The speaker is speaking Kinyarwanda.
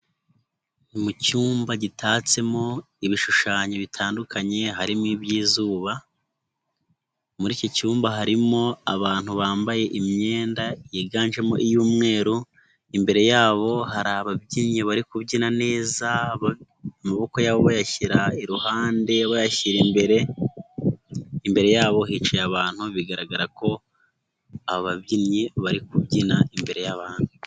Mu cyumba gitatsemo ibishushanyo bitandukanye, harimo iby'izuba, muri iki cyumba harimo abantu bambaye imyenda yiganjemo iy'umweru, imbere yabo hari ababyinnyi bari kubyina neza amaboko yabo bayashyira iruhande, bayashyira imbere, imbere yabo hicaye abantu bigaragara ko ababyinnyi bari kubyina imbere y'abantu.